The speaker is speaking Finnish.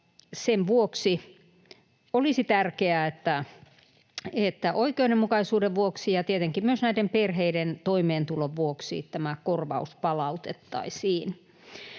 Sen vuoksi olisi tärkeää, että oikeudenmukaisuuden vuoksi ja tietenkin myös näiden perheiden toimeentulon vuoksi tämä korvaus palautettaisiin.